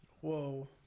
Whoa